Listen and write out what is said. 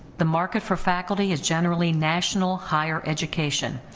the market for faculty is generally national higher education.